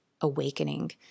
awakening